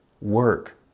work